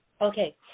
Okay